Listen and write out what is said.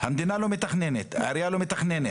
המדינה לא מתכננת, העירייה לא מתכננת.